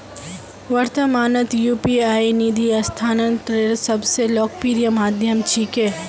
वर्त्तमानत यू.पी.आई निधि स्थानांतनेर सब स लोकप्रिय माध्यम छिके